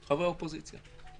חברי האופוזיציה.